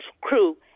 crew